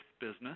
business